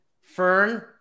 Fern